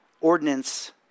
ordinance